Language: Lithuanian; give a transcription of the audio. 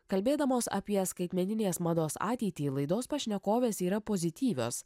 kalbėdamos apie skaitmeninės mados ateitį laidos pašnekovės yra pozityvios